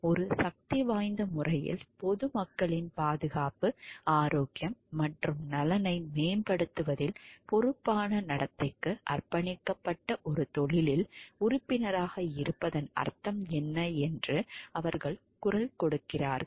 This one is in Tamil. ஒரு சக்திவாய்ந்த முறையில் பொது மக்களின் பாதுகாப்பு ஆரோக்கியம் மற்றும் நலனை மேம்படுத்துவதில் பொறுப்பான நடத்தைக்கு அர்ப்பணிக்கப்பட்ட ஒரு தொழிலில் உறுப்பினராக இருப்பதன் அர்த்தம் என்ன என்று அவர்கள் குரல் கொடுக்கிறார்கள்